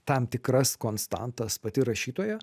tam tikras konstantas pati rašytoja